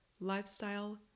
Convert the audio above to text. lifestyle